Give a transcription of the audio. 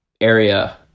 area